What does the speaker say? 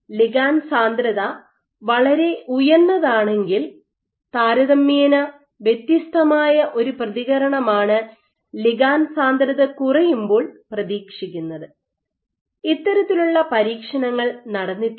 ligand സാന്ദ്രത വളരെ ഉയർന്നതാണെങ്കിൽ താരതമ്യേന വ്യത്യസ്തമായ ഒരു പ്രതികരണമാണ് ലിഗാണ്ട് സാന്ദ്രത കുറയുമ്പോൾ പ്രതീക്ഷിക്കുന്നത് ഇത്തരത്തിലുള്ള പരീക്ഷണങ്ങൾ നടന്നിട്ടുണ്ട്